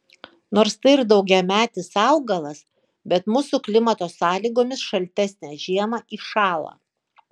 nors tai ir daugiametis augalas bet mūsų klimato sąlygomis šaltesnę žiemą iššąla